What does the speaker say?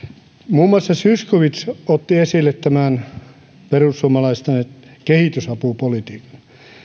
muun muassa zyskowicz otti esille tämän perussuomalaisten kehitysapupolitiikan